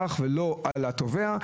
ולא על התובע.